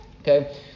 Okay